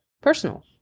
personal